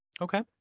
Okay